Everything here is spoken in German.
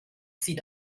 sieht